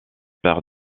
père